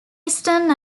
eastern